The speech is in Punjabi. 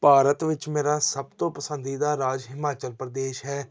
ਭਾਰਤ ਵਿੱਚ ਮੇਰਾ ਸਭ ਤੋਂ ਪਸੰਦੀਦਾ ਰਾਜ ਹਿਮਾਚਲ ਪ੍ਰਦੇਸ਼ ਹੈ